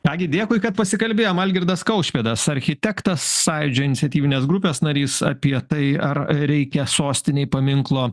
ką gi dėkui kad pasikalbėjom algirdas kaušpėdas architektas sąjūdžio iniciatyvinės grupės narys apie tai ar reikia sostinėj paminklo